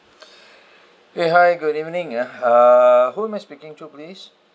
!hey! hi good evening ah uh who am I speaking to please